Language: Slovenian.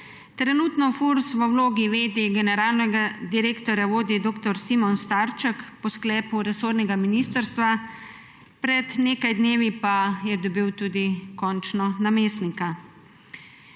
Trenutno FURS v vlogi v. d. generalnega direktorja vodi dr. Simon Starček po sklepu resornega ministrstva, pred nekaj dnevni pa je dobil tudi končno namestnika.